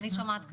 אני שומעת כרגע,